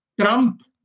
Trump